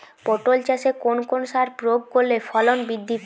পটল চাষে কোন কোন সার প্রয়োগ করলে ফলন বৃদ্ধি পায়?